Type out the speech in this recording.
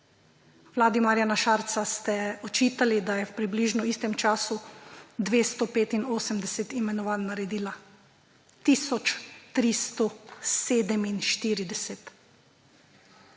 Vladi Marjana Šarca ste očitali, da je v približno istem času 285 imenovanj naredila. Tisoč